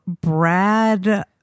Brad